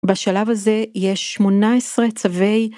בשלב הזה יש שמונה עשרה צווי...